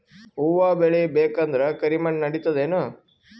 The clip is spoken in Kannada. ಹುವ ಬೇಳಿ ಬೇಕಂದ್ರ ಕರಿಮಣ್ ನಡಿತದೇನು?